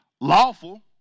Lawful